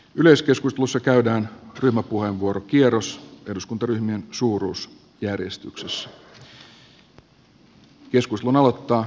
yleiskeskustelussa käydään ryhmäpuheenvuorokierros eduskuntaryhmien suuruusjärjestyksessä